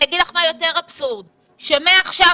אגיד למה יותר אבסורד: מעכשיו,